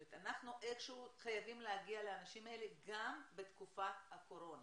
זאת אומרת אנחנו איכשהו חייבים להגיע לאנשים האלה גם בתקופת הקורונה.